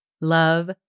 Love